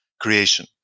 creation